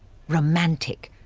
romantic.